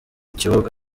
kibuga